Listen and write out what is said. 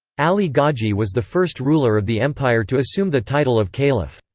ali gaji was the first ruler of the empire to assume the title of caliph.